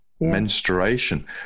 menstruation